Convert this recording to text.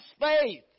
faith